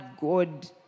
God